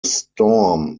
storm